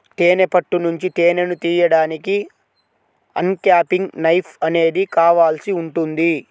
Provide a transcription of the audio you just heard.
తేనె పట్టు నుంచి తేనెను తీయడానికి అన్క్యాపింగ్ నైఫ్ అనేది కావాల్సి ఉంటుంది